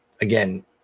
again